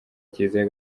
kiliziya